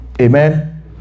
Amen